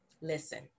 Listen